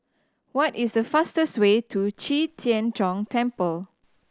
what is the fastest way to Qi Tian Gong Temple